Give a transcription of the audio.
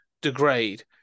degrade